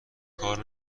کار